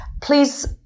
Please